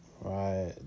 Right